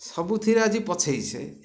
ସବୁଥିରେ ଆଜି ପଛେଇଛେ